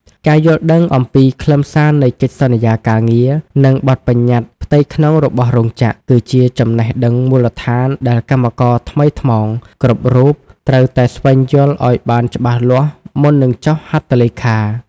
ការយល់ដឹងអំពីខ្លឹមសារនៃកិច្ចសន្យាការងារ និងបទបញ្ជាផ្ទៃក្នុងរបស់រោងចក្រ គឺជាចំណេះដឹងមូលដ្ឋានដែលកម្មករថ្មីថ្មោងគ្រប់រូបត្រូវតែស្វែងយល់ឱ្យបានច្បាស់លាស់មុននឹងចុះហត្ថលេខា។